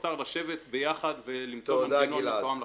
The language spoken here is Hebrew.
האוצר לשבת ביחד ולמצוא מנגנון מתואם לחגים.